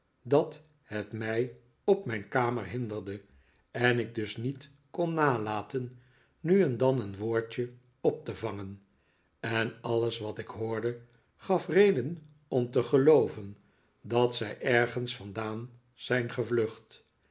dat het mij op mijn kamer hinderde en ik dus niet kon nalaten nu en dan een woordje op te vangen en alles wat ik hoorde gaf reden om te gelooven dat zij ergens vandaan zijn gevlucht